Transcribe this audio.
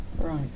Right